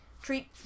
Treat